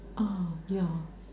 ah yeah